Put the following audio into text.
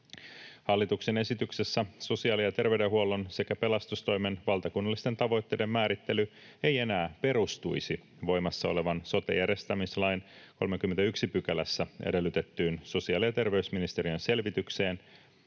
Hallituksen esityksessä sosiaali‑ ja terveydenhuollon sekä pelastustoimen valtakunnallisten tavoitteiden määrittely ei enää perustuisi voimassa olevan sote-järjestämislain 31 §:ssä edellytettyyn sosiaali‑ ja terveysministeriön selvitykseen